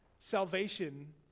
Salvation